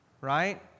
Right